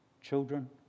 children